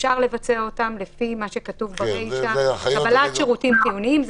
אפשר לבצע אותם לפי מה שכתוב ברישא: קבלת שירותים חיוניים.